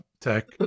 tech